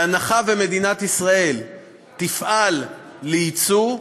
בהנחה שמדינת ישראל תפעל לייצוא,